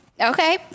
okay